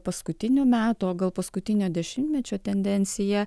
paskutinių metų o gal paskutinio dešimtmečio tendencija